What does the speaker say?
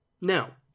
Now